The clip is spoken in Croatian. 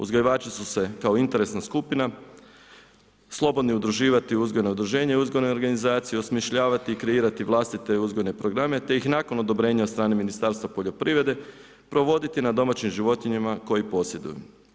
Uzgajivači su se kao interesna skupina, slobodni udruživati uzgojno udruženje i uzgojno organizaciji, osmišljavati i kreirati vlastite uzgojne programe, te ih nakon odobrenja od strane Ministarstva poljoprivrede, provoditi na domaćim životinjama koje posjeduju.